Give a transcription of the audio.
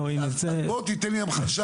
או עם --- אז בוא תיתן לי המחשה,